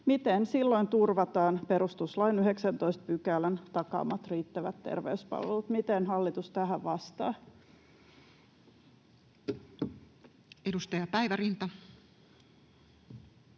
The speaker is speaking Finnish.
Miten silloin turvataan perustuslain 19 §:n takaamat riittävät terveyspalvelut? Miten hallitus tähän vastaa? [Speech 146]